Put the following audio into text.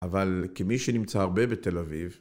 אבל, כמי שנמצא הרבה בתל אביב,